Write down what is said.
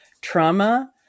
trauma